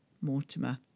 Mortimer